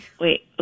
Wait